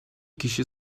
kişi